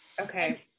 Okay